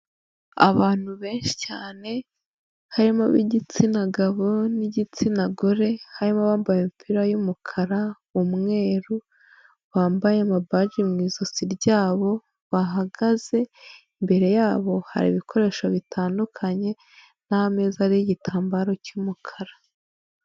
Abantu benshi cyane harimo ab'igitsina gabo n'igitsina gore harimo abambaye imipira y'umukara, umweru, bambaye amabaji mu ijosi ryabo bahagaze imbere yabo, hari ibikoresho bitandukanye n'ameza ariho gitambaro cy'umukara.